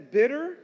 bitter